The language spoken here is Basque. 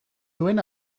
duen